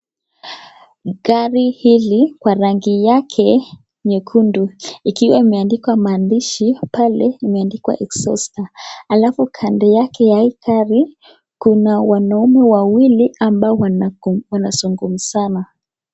Gari hili kwa rangi yake nyekundu ikiwa imeandikwa maandishi pale imeandikwa exhauster alafu kando yake ya hii gari kuna wanaume wawili ambao wanazungumza.